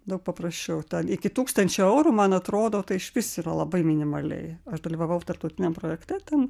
daug paprasčiau ten iki tūkstančio eurų man atrodo tai išvis yra labai minimaliai aš dalyvavau tarptautiniam projekte ten